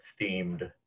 themed